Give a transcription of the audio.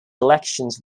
elections